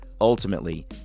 Ultimately